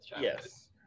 Yes